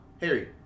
Harry